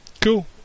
Cool